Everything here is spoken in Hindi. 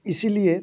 इसीलिए